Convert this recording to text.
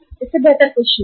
इससे बेहतर कुछ भी नहीं है